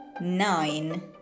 nine